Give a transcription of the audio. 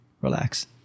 relax